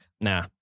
Nah